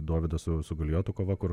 dovydo su su galijotu kova kur